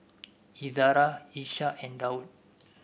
Izara Ishak and Daud